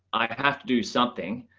i have to do something.